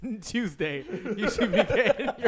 Tuesday